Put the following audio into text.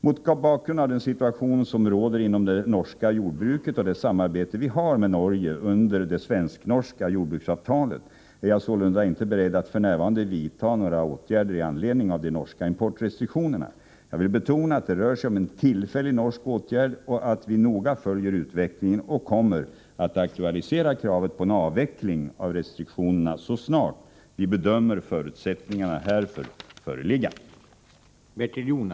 Mot bakgrund av den situation som råder inom det norska jordbruket och det samarbete vi har med Norge under det svensk-norska jordbruksavtalet, är jag sålunda inte beredd att f.n. vidta några åtgärder i anledning av de norska importrestriktionerna. Jag vill betona att det rör sig om en tillfällig norsk åtgärd och att vi noga följer utvecklingen och kommer att aktualisera kravet på en avveckling av restriktionerna så snart vi bedömer förutsättningarna härför föreligga.